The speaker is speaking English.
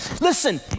listen